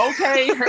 Okay